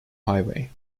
highway